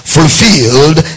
Fulfilled